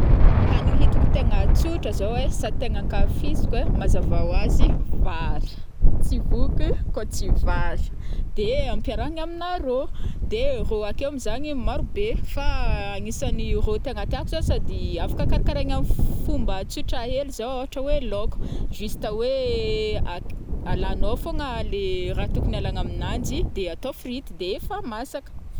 Hanigny hitako tegna tsôhatra zao ai, sady tegna ankafiziko ein mazava oazy vary, tsy voky koa tsy vary, de ampiarahigny amina rô, de rô ake amizany maro be fa anisany rô tegna tiàko zao sady afaka karakaraigna am f omba tsotra hely zao ôtra oe laoko, juste oe ak-alagnao fogna le ra tokony alagna amnanji de atao frite de efa masaka.